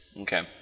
Okay